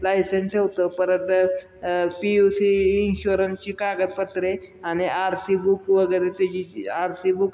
licence ठेवतो परत P U C इन्शुरन्सची कागदपत्रे आणि आर सी बुक वगैरे त्याची आर सी बुक